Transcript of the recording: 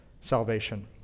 salvation